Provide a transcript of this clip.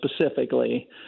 specifically